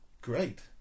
great